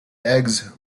eggs